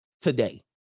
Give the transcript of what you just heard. Today